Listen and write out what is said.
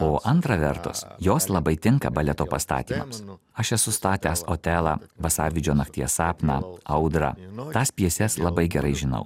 o antra vertus jos labai tinka baleto pastatymams aš esu statęs otelą vasarvidžio nakties sapną audrą tas pjeses labai gerai žinau